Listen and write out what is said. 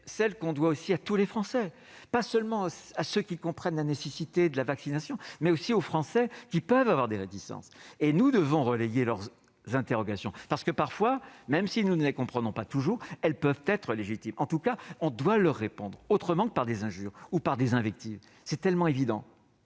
la devons à tous les Français, non pas seulement à ceux qui comprennent la nécessité de la vaccination, mais aussi à ceux qui peuvent avoir des réticences. Nous devons relayer leurs interrogations car, même si nous ne les comprenons pas toujours, elles peuvent être légitimes. En tout cas, nous devons leur répondre autrement que par des injures ou par des invectives. Pour respecter cet